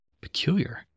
peculiar